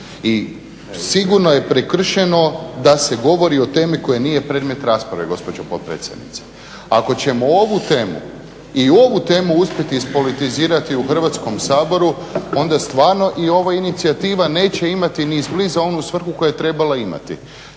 I sigurno je prekršeno da se govori o temi koja nije predmet rasprave gospođo potpredsjednice. Ako ćemo ovu temu i ovu temu uspjeti ispolitizirati u Hrvatskom saboru onda stvarno i ova inicijativa neće imati ni izbliza onu svrhu koju je trebala imati.